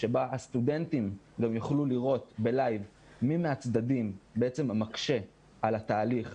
בו הסטודנטים גם יוכלו לראות ב-לייב מי מהצדדים מקשה על התהליך,